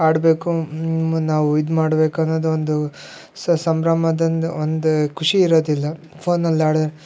ಆಡಬೇಕು ನಾವು ಇದ್ಮಾಡ್ಬೇಕು ಅನ್ನೋದೊಂದು ಸಂಭ್ರಮದಂದ್ ಒಂದು ಖುಷಿ ಇರೋದಿಲ್ಲಾ ಫೋನಲ್ಲಾಡಿದ್ರೆ